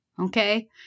okay